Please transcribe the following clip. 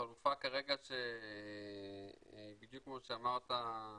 החלופה כרגע, בדיוק כמו שאמרת,